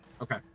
okay